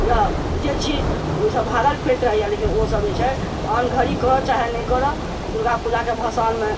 या जे छी ओहिसँ भागल फिरैत रहैया लेकिन ओसब जे छै आन घड़ी करए चाहे नहि करए दुर्गापूजा के भसान मे